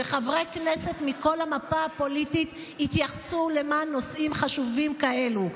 שחברי כנסת מכל המפה הפוליטית יתגייסו למען נושאים חשובים כאלה.